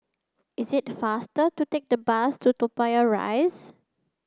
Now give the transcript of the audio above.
it is faster to take the bus to Toa Payoh Rise